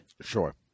Sure